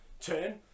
turn